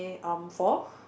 um four